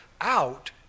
out